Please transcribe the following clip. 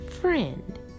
friend